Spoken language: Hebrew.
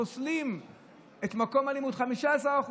לא רואים את העידוד האמיתי,